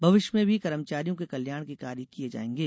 भविष्य में भी कर्मचारियों के कल्याण के कार्य किये जायेंगे